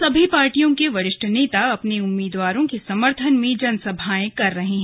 सभी पार्टियों के वरिष्ठ नेता अपने उम्मीदवारों के समर्थन में जनसभाएं कर रहे हैं